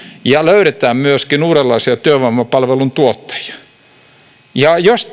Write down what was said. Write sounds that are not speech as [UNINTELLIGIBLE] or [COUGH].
ja myöskin uudenlaisia työvoimapalvelun tuottajia mitä jos [UNINTELLIGIBLE]